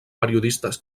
periodistes